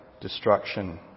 destruction